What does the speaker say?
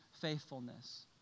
faithfulness